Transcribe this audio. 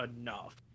enough